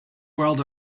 world